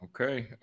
Okay